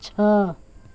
छह